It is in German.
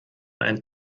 ein